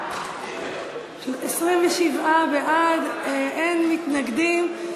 27 בעד, אין מתנגדים.